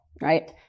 Right